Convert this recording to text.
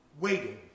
waiting